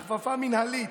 הכפפה מינהלית,